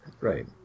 Right